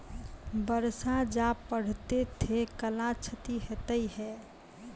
बरसा जा पढ़ते थे कला क्षति हेतै है?